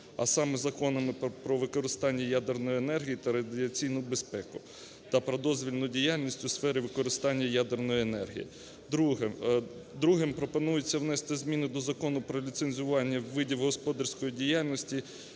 а саме: законами "Про використання ядерної енергії та радіаційну безпеку" та "Про дозвільну діяльність у сфері використання ядерної енергії". Друге. Другим пропонується внести зміни до Закону "Про ліцензування видів господарської діяльності",